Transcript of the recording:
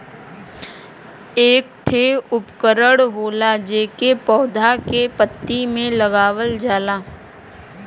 एक ठे उपकरण होला जेके पौधा के पत्ती में लगावल जाला